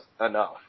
enough